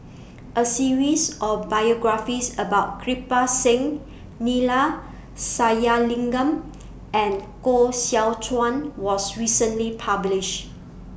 A series of biographies about Kirpal Singh Neila Sathyalingam and Koh Seow Chuan was recently published